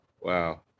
Wow